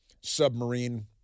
submarine